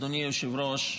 אדוני היושב-ראש,